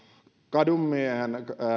kadunmiehen